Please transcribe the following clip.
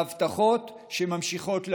להבטחות שממשיכות להגיע.